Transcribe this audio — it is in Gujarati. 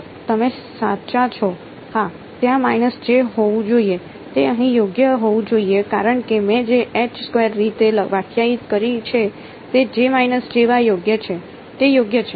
ઓહ તમે સાચા છો હા ત્યાં હોવું જોઈએ તે અહીં યોગ્ય હોવું જોઈએ કારણ કે મેં જે રીતે વ્યાખ્યાયિત કરી છે તે યોગ્ય છે તે યોગ્ય છે